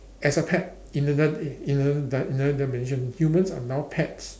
as a pet in anothe~ in a d~ in another dimension humans are now pets